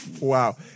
wow